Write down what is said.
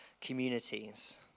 communities